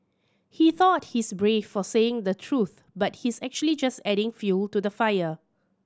he thought he's brave for saying the truth but he's actually just adding fuel to the fire